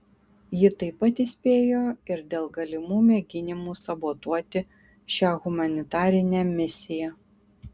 ji taip pat įspėjo ir dėl galimų mėginimų sabotuoti šią humanitarinę misiją